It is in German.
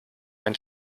ein